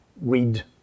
read